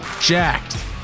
jacked